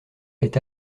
est